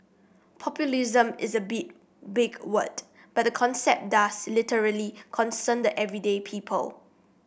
populism is a big big word but the concept does literally concern the everyday people